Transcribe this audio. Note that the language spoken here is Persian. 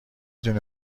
دونی